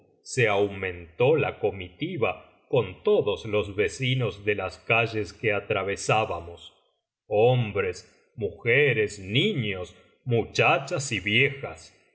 se aumentó la comitiva con todos los vecinos de las calles que atravesábamos hombres mujeres niños muchachas y viejas